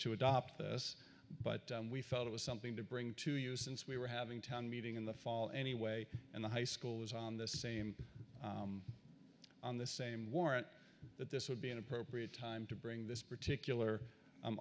to adopt this but we felt it was something to bring to you since we were having town meeting in the fall anyway and the high school is on the same on the same warrant that this would be an appropriate time to bring this particular